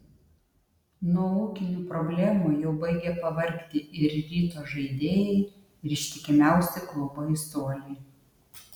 nuo ūkinių problemų jau baigia pavargti ir ryto žaidėjai ir ištikimiausi klubo aistruoliai